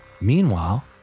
Meanwhile